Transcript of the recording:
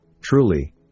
truly